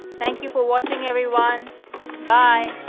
thank you for watching everyone bye